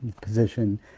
position